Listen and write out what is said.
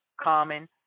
common